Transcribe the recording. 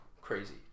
crazy